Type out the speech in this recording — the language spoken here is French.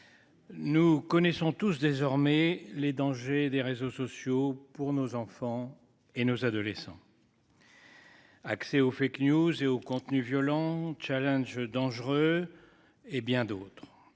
Nous connaissons tous désormais les dangers des réseaux sociaux pour nos enfants et nos adolescents. Accès au fait que News et au contenu violent Challenge dangereux. Et bien d'autres.